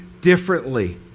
differently